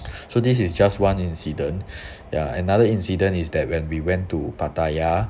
so this is just one incident ya another incident is that when we went to pattaya